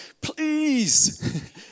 please